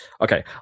okay